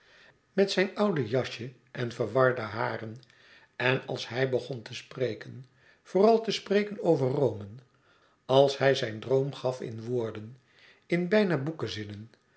met zijn oude jasje en verwarde haren en als hij begon te spreken vooral te spreken over rome als hij zijn droom gaf in woorden in bijna